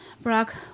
Brock